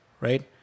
right